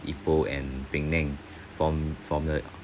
ipoh and penang from from the